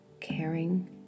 caring